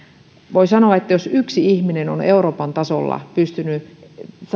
voi sanoa että jos yksi ihminen on euroopan tasolla pystynyt